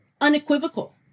unequivocal